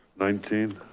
nineteen?